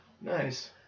Nice